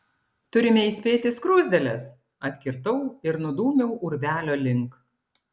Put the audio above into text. turime įspėti skruzdėles atkirtau ir nudūmiau urvelio link